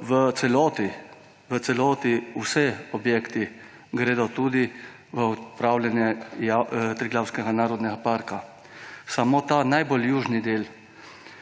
V celoti vsi objekti gredo tudi v upravljanje Triglavskega narodnega parka. Prodi-Razor je že